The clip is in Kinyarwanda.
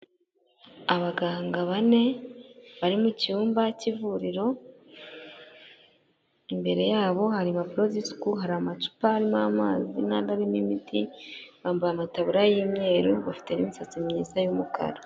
Abaganga bane bari mu cyumba cy'ivuriro, imbere yabo hari impapuro z'isuku, hari amacupari arimo amazi n'andi arimo imiti, bambaye amataburiya y'imweru, bafite n'imisatsi myiza y'umukara.